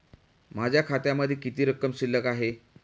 माझ्या खात्यामध्ये किती रक्कम शिल्लक आहे?